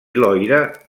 loira